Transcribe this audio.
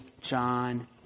John